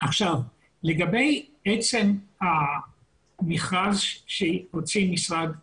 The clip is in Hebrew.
עכשיו, לגבי עצם המכרז שהוציא משרד הפנים,